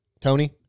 Tony